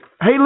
Hey